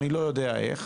אני לא יודע איך,